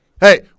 Hey